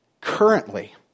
currently